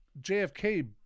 JFK